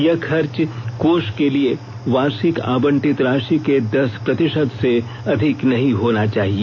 यह खर्च कोष के लिए वार्षिक आवंटित राशि के दस प्रतिशत से अधिक नहीं होना चाहिए